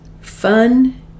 fun